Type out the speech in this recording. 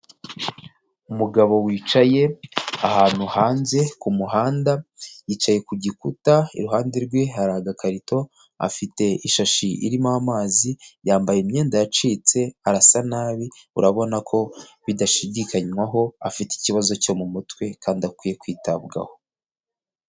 Umugabo wicaye ahantu hanze ku muhanda yicaye ku gikuta iruhande rwe hari agakarito afite ishashi irimo amazi yambaye imyenda yacitse arasa nabi , urabona ko bidashidikanywaho afite ikibazo cyo mu mutwe kandi akwiye kwitabwaho.